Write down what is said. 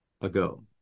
ago